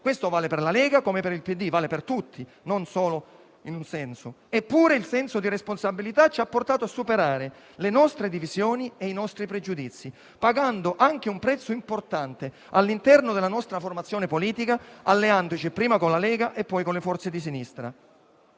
per loro, per la Lega come per il PD, vale per tutti, non solo in un senso. Eppure, il senso di responsabilità ci ha portati a superare le nostre divisioni e i nostri pregiudizi, pagando anche un prezzo importante all'interno della nostra formazione politica, alleandoci prima con la Lega e poi con le forze di sinistra.